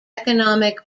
economic